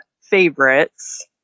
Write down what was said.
favorites